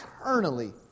eternally